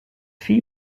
fille